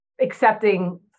accepting